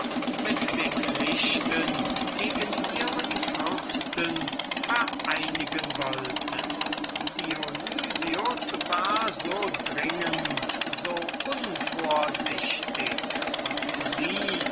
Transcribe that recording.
mit den pflichten gegen ihren prinzen vereinigen wollte dionys war so dringend so unvorsichtig und sie